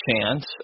chance